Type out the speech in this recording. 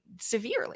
severely